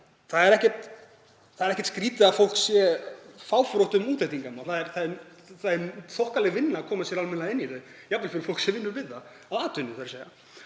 Það er ekkert skrýtið að fólk sé fáfrótt um útlendingamál, það er þokkaleg vinna að koma sér almennilega inn í þau, jafnvel fyrir fólk sem hefur það að atvinnu. Það er ýmislegt